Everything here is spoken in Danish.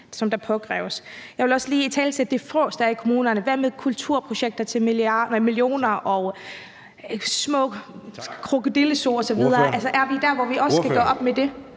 der påkræves. Jeg vil også lige italesætte det frås, der er i kommunerne. Hvad med kulturprojekter til millioner og små krokodillezooer osv.? Altså, er vi der, hvor vi også kan gøre op med det?